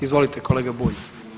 Izvolite kolega Bulj.